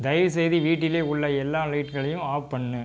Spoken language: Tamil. தயவுசெய்து வீட்டில் உள்ள எல்லா லைட்களையும் ஆஃப் பண்ணு